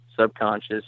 subconscious